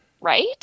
right